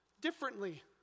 differently